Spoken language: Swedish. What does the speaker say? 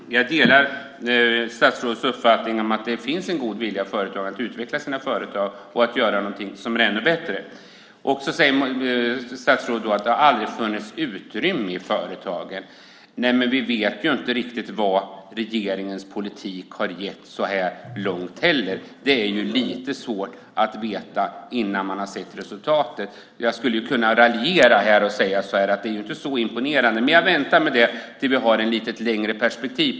Herr talman! Jag delar statsrådets uppfattning om att det finns en god vilja hos företagen att utvecklas och att göra något ännu bättre. Statsrådet säger att det aldrig har funnits utrymme i företagen. Vi vet inte riktigt vad regeringens politik har gett så här långt. Det är lite svårt att veta innan man har sett resultatet. Jag skulle kunna raljera och säga att det inte är så imponerande, men jag väntar med det till dess vi har ett lite längre perspektiv.